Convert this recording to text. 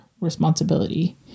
responsibility